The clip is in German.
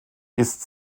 ist